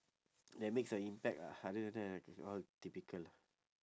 that makes a impact ah other than all typical lah